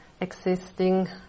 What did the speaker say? existing